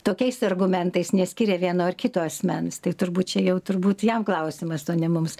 tokiais argumentais neskyrė vieno ar kito asmens tai turbūt čia jau turbūt jam klausimas o ne mums